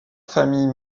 famille